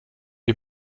die